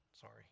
Sorry